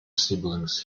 siblings